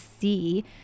see